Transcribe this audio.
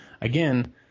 again